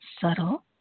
Subtle